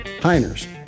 Heiner's